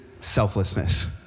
selflessness